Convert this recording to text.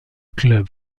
club